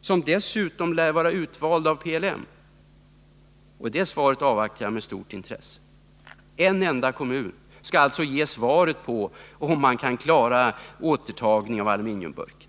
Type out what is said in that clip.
som dessutom lär vara utvald av PLM. Det svaret avvaktar jag med stort intresse. En enda kommun skall alltså ge svar på frågan om det går att klara återtagningen av aluminiumburkar.